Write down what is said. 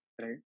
right